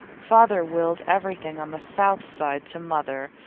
father willed everything on the south side to mother,